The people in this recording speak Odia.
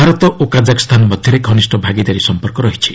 ଭାରତ ଓ କାଜାଖସ୍ତାନ ମଧ୍ୟରେ ଘନିଷ୍ଠ ଭାଗିଦାରୀ ସମ୍ପର୍କ ରହିଛି